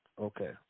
okay